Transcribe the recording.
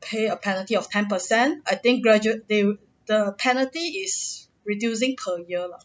pay a penalty of ten percent I think gradual they would the penalty is reducing per year lah